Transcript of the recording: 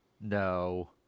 No